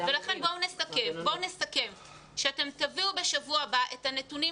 לכן בואו נסכם שבשבוע הבא אתם תביאו את הנתונים